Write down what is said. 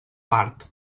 part